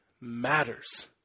matters